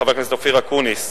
חבר הכנסת אופיר אקוניס,